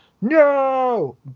no